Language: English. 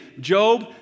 Job